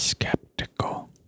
skeptical